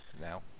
now